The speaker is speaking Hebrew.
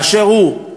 באשר הוא,